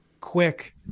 quick